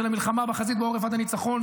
של המלחמה בחזית ובעורף עד הניצחון,